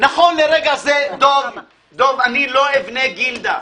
נכון לרגע זה, דב, אני לא אבנה גילדה.